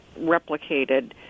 replicated